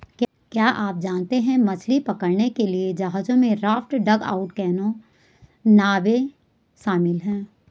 क्या आप जानते है मछली पकड़ने के जहाजों में राफ्ट, डगआउट कैनो, नावें शामिल है?